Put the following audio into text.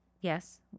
Yes